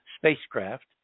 spacecraft